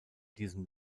diesem